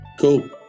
Cool